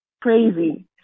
crazy